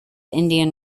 indian